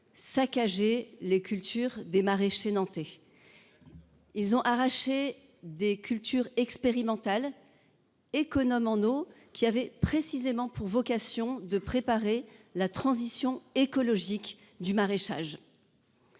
saccager les cultures des maraîchers nantais. Ils ont arraché des cultures expérimentales. Économes en eau qui avait précisément pour vocation de préparer la transition écologique du maraîchage.